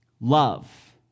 Love